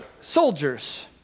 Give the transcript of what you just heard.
soldiers